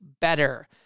better